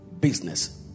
business